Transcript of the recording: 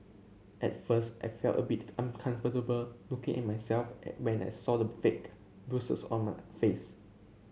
at first I felt a bit uncomfortable looking at myself when I saw the fake bruises on my face